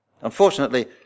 Unfortunately